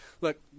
look